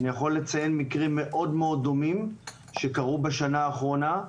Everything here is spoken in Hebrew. אני יכול לציין מקרים מאוד דומים שקרה בשנה האחרונה,